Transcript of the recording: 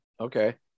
Okay